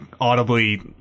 audibly